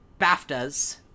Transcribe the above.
BAFTAs